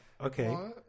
Okay